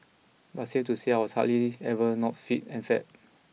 but safe to say I was hardly ever not fit and fab